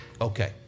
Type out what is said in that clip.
Okay